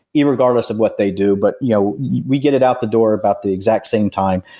irregardless of what they do but you know we get it out the door about the exact same time,